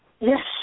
Yes